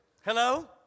Hello